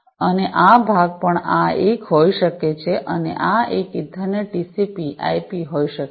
અને આ ભાગ પણ આ એક હોઈ શકે છે અને આ એક ઇથરનેટ ટીસીપી આઈપી હોઈ શકે છે